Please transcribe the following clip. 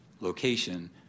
location